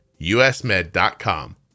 usmed.com